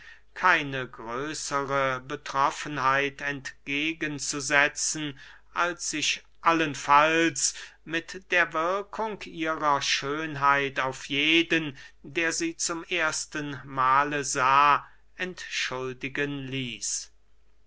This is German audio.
keine größere betroffenheit entgegen zu setzen als sich allenfalls mit der wirkung ihrer schönheit auf jeden der sie zum ersten mahle sah entschuldigen ließ